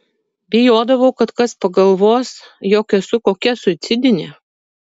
bijodavau kad kas pagalvos jog esu kokia suicidinė